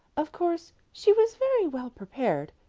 of course she was very well prepared,